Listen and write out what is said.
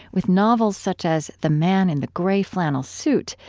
with novels such as the man in the grey flannel suit,